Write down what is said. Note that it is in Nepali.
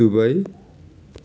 दुबई